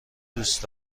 دوست